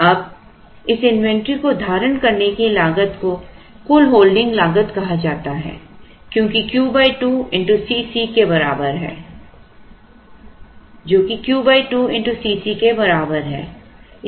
अब इस इन्वेंट्री को धारण करने की लागत को कुल होल्डिंग लागत कहा जाता है जोकि Q 2 C c के बराबर है